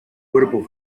cuerpo